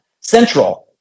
Central